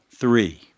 Three